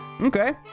Okay